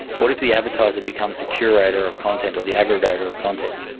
what if the advertiser becomes the curator of content or the aggregator of content?